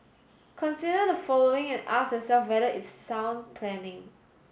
consider the following and ask yourself whether it's sound planning